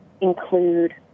include